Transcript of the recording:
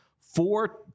Four